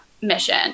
mission